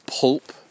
pulp